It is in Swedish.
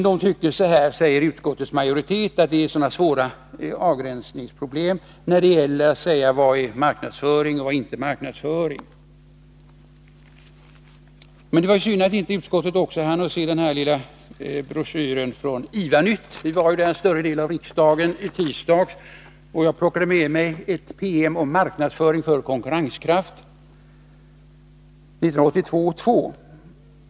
Utskottets majoritet menar emellertid att det är fråga om mycket svåra avgränsningsproblem när det gäller att säga vad som är marknadsföring eller inte. Det är synd att utskottet inte har hunnit ta del av den lilla broschyren IVA-NYTT. En större del av riksdagen besökte IVA i tisdags. Jag plockade då med mig ett exemplar om marknadsföring för konkurrenskraft — IVA-NYTT, 1982:2.